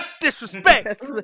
Disrespect